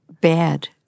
Bad